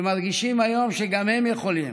שמרגישים היום שגם הם יכולים,